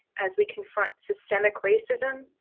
as we confront systemic racism,